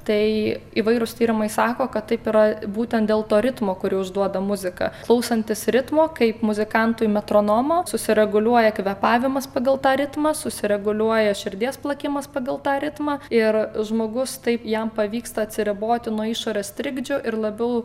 tai įvairūs tyrimai sako kad taip yra būtent dėl to ritmo kurį užduoda muzika klausantis ritmo kaip muzikantui metronomą susireguliuoja kvėpavimas pagal tą ritmą susireguliuoja širdies plakimas pagal tą ritmą ir žmogus taip jam pavyksta atsiriboti nuo išorės trikdžių ir labiau